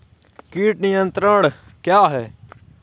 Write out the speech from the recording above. कीट नियंत्रण क्या है?